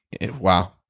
Wow